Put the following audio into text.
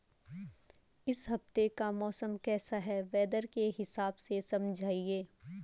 इस हफ्ते का मौसम कैसा है वेदर के हिसाब से समझाइए?